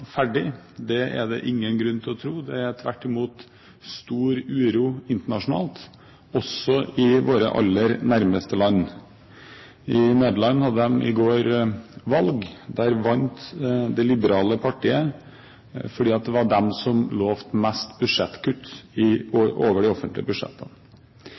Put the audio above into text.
ferdig. Det er det ingen grunn til å tro. Det er tvert imot stor uro internasjonalt, også i våre aller nærmeste land. I Nederland hadde man i går valg. Der vant det liberale partiet fordi de lovet størst budsjettkutt over de offentlige budsjettene. Poenget med dette er at